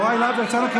יוראי להב הרצנו,